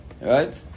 Right